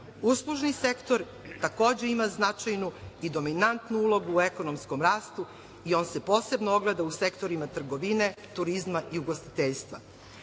uslužni sektor takođe ima značajnu i dominantnu ulogu u ekonomskom rastu i on se posebno ogleda u sektorima trgovine, turizma i ugostiteljstva. Ja